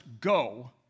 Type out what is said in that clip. go